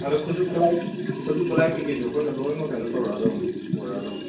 ꯑꯗꯨ ꯈꯨꯠꯆꯨ ꯈꯨꯠꯂꯥꯏ ꯈꯨꯠꯆꯨ ꯈꯨꯠꯂꯥꯏ ꯀꯩꯀꯩꯖꯨ ꯑꯩꯈꯣꯏꯅ ꯂꯣꯏꯃꯛ ꯂꯩꯅꯣ ꯇꯧꯔꯛꯑꯗꯧꯅꯤ ꯄꯣꯔꯛꯑꯗꯧꯅꯤ